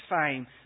fame